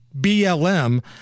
BLM